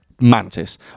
mantis